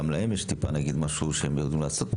גם להם יש פרוצדורות שהם עושים,